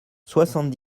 soixante